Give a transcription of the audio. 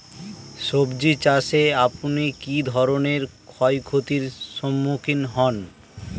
সবজী চাষে আপনি কী ধরনের ক্ষয়ক্ষতির সম্মুক্ষীণ হন?